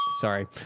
sorry